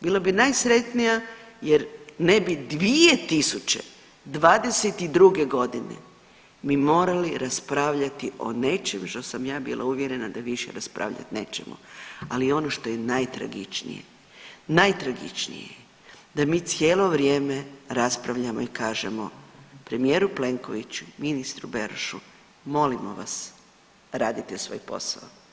Bila bi najsretnija jer ne bi 2022. g. mi morali raspravljati o nečem što sam ja bila uvjerena da više raspravljati nećemo, ali ono što je najtragičnije, najtragičnije je da mi cijelo vrijeme raspravljamo i kažemo premijeru Plenkoviću, ministru Berošu, molimo vas, radite svoj posao.